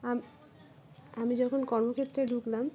আম আমি যখন কর্মক্ষেত্রে ঢুকলাম